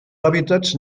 hàbitats